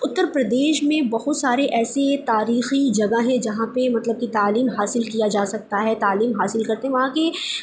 اتّر پردیش میں بہت سارے ایسی تاریخی جگہ ہیں جہاں پہ مطلب کہ تعلیم کیا جا سکتا ہے تعلیم حاصل کرتے وہاں کی